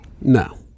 no